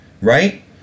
right